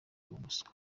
ubuswa